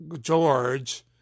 George